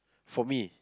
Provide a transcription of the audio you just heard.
for me